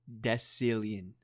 decillion